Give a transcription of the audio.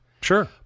Sure